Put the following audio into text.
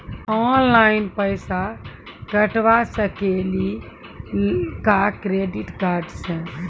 Online पैसा कटवा सकेली का क्रेडिट कार्ड सा?